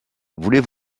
voulez